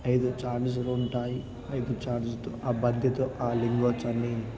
ఐదు ఛాన్సులు ఉంటాయి ఐదు ఛాన్స్తో ఆ బంతితో ఆ లింగోచ్చాని